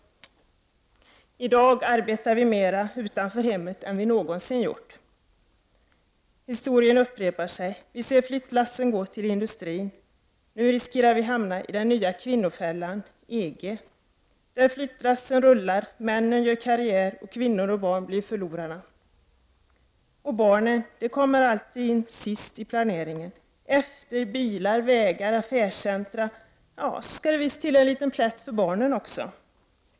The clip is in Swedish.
I dag arbetar vi mer utanför hemmet än vad vi någonsin gjort. Historien upprepar sig. Vi har sett flyttlassen gå till industrin. Nu riskerar vi att hamna i den nya kvinnofällan EG, där flyttlassen rullar, männen gör karriär och kvinnor och barn blir förlorarna. Och barnen kommer alltid in sist i planeringen. Efter bilar, vägar och affärscentra skall det visst till en liten plätt också för barnen.